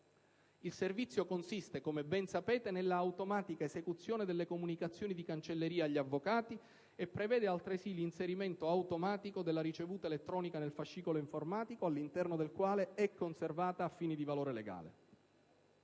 Il servizio consiste, come ben sapete, nella automatica esecuzione delle comunicazioni di cancelleria agli avvocati e prevede altresì l'inserimento automatico della ricevuta elettronica nel fascicolo informatico, all'interno del quale è conservata a fini di valore legale.